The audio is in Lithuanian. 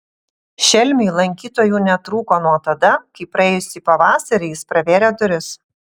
šelmiui lankytojų netrūko nuo tada kai praėjusį pavasarį jis pravėrė duris